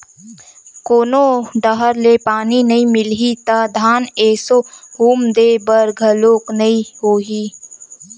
कोनो डहर ले पानी नइ मिलही त धान एसो हुम दे बर घलोक नइ होही